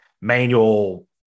manual